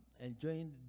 enjoying